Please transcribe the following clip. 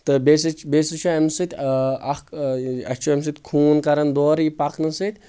تہٕ بییٚہِ سا بییٚہِ سا چھ امہِ سۭتۍ اکھ اۭں اسہِ چھُ امہِ سۭتۍ یہِ خون کران دورٕ یہِ پکنہٕ سۭتۍ